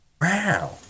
Wow